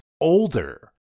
older